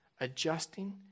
adjusting